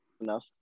enough